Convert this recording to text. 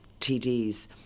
TDs